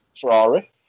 Ferrari